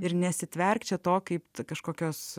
ir nesitverk čia to kaip kažkokios